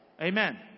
Amen